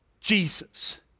Jesus